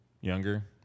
Younger